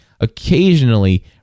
occasionally